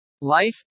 Life